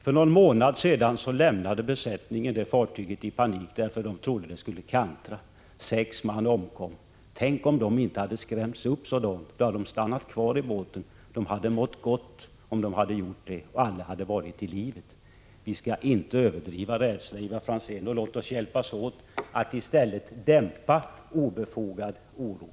För någon månad sedan lämnade besättningen fartyget i panik, därför att man trodde att det skulle kantra. Sex man omkom. Tänk om de inte hade skrämts upp! De hade då stannat kvar på båten. De hade mått gott, och alla hade varit i livet. Vi skall inte överdriva rädsla, Ivar Franzén. Låt oss hjälpas åt att i stället dämpa obefogad oro.